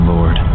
Lord